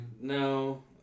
No